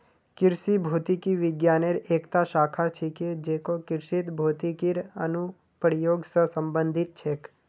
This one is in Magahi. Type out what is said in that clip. कृषि भौतिकी विज्ञानेर एकता शाखा छिके जेको कृषित भौतिकीर अनुप्रयोग स संबंधित छेक